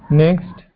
next